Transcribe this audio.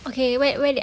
okay where where did